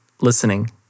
listening